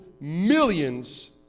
millions